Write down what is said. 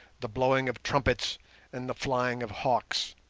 the blowing of trumpets and the flying of hawks.